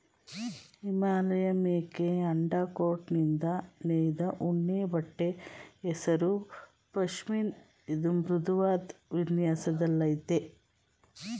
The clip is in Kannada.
ಹಿಮಾಲಯಮೇಕೆ ಅಂಡರ್ಕೋಟ್ನಿಂದ ನೇಯ್ದ ಉಣ್ಣೆಬಟ್ಟೆ ಹೆಸರು ಪಷ್ಮಿನ ಇದು ಮೃದುವಾದ್ ವಿನ್ಯಾಸದಲ್ಲಯ್ತೆ